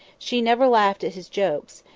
she never laughed at his jokes,